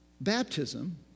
baptism